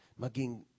maging